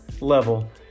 level